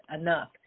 enough